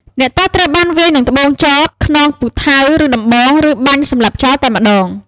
អ្នកទោសត្រូវបានវាយនឹងត្បូងចប ខ្នងពូថៅ ឬដំបង ឬបាញ់សម្លាប់ចោលតែម្តង ។